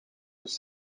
dus